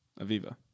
Aviva